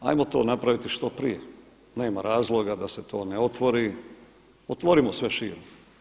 Ajmo to napraviti što prije, nema razloga da se to ne otvori, otvorimo sve širom.